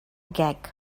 gag